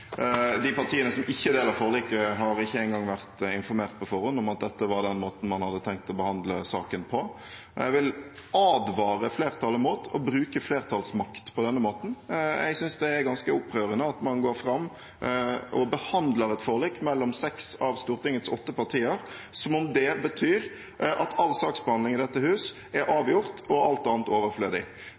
De partiene som ikke er del av forliket, har ikke engang vært informert på forhånd om at dette var den måten man hadde tenkt å behandle saken på. Jeg vil advare flertallet mot å bruke flertallsmakt på denne måten. Jeg synes det er ganske opprørende at man går fram slik og behandler et forlik mellom seks av Stortingets åtte partier som om det betyr at all saksbehandling i dette hus er avgjort, og alt annet er overflødig.